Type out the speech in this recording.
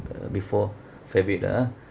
uh before fair bit ah